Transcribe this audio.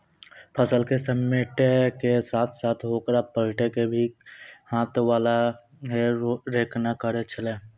फसल क समेटै के साथॅ साथॅ होकरा पलटै के काम भी हाथ वाला हे रेक न करै छेलै